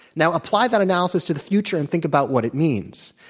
now, apply that analysis to the future and think about what it means.